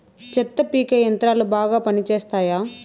చెత్త పీకే యంత్రాలు బాగా పనిచేస్తాయా?